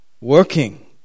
working